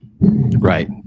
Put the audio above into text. Right